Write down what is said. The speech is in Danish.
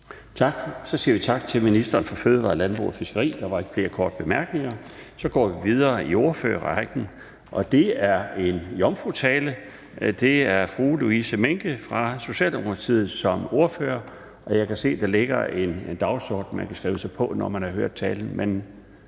Så siger vi tak til ministeren for fødevarer, landbrug og fiskeri. Der er ikke flere korte bemærkninger. Så går vi videre i ordførerrækken. Og det er til en jomfrutale, og det er fru Louise Mehnke fra Socialdemokratiet som ordfører. Jeg kan se, at der ligger en dagsorden, man kan skrive sig på, når man har hørt talen.